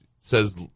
says